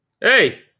Hey